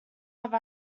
have